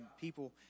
people